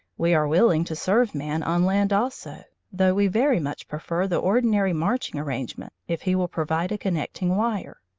we are willing to serve man on land also, though we very much prefer the ordinary marching arrangement if he will provide a connecting wire.